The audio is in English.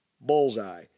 bullseye